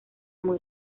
muy